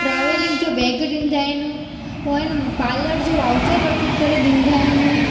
travelling जो bag ॾींदा आहिनि पोइ एन पार्लर जो वाऊचर वठी करे ॾींदा आहिनि